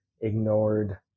ignored